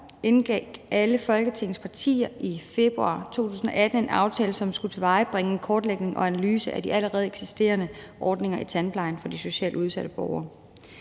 indgik alle Folketingets partier i februar 2018 en aftale, som skulle tilvejebringe en kortlægning og en analyse af de allerede eksisterende ordninger i tandplejen for de socialt udsatte borgere.